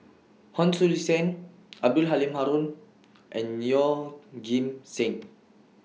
Hon Sui Sen Abdul Halim Haron and Yeoh Ghim Seng